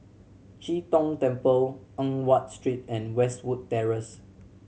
Chee Tong Temple Eng Watt Street and Westwood Terrace